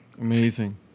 Amazing